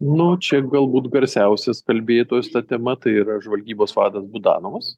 nu čia galbūt garsiausias kalbėtojas ta tema tai yra žvalgybos vadas budanovas